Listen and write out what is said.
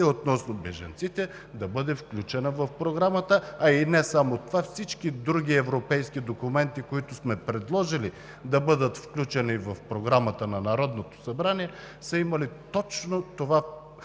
относно бежанците да бъде включена в Програмата, а и не само тя, а всички други европейски документи, които сме предложили да бъдат включени в Програмата на Народното събрание, сме имали точно това предвид,